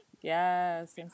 Yes